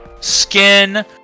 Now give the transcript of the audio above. skin